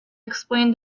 explained